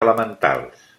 elementals